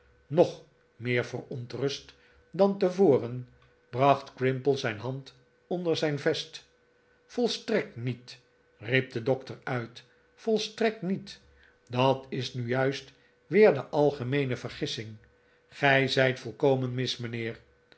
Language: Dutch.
nog meer verontrust dan tevoren bracht crimple zijn hand onder zijn vest volstrekt niet riep de dokter uit volstrekt niet dat is nu juist weer de algemeene vergissing gij zijt volkomen mis mijnheer